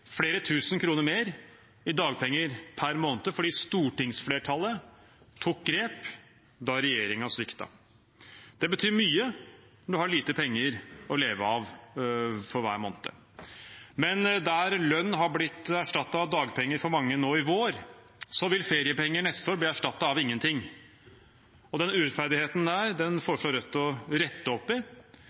flere tusen kroner mer i dagpenger per måned fordi stortingsflertallet tok grep da regjeringen sviktet. Det betyr mye når man har lite penger å leve av for hver måned. Men der lønn er blitt erstattet av dagpenger for mange nå i vår, vil feriepenger neste år bli erstattet av ingenting. Den urettferdigheten foreslår Rødt å rette opp i.